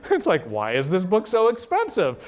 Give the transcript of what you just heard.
it's like, why is this book so expensive?